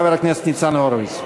חבר הכנסת ניצן הורוביץ.